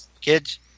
Kids